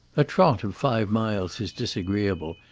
a trot of five miles is disagreeable,